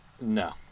No